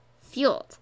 fueled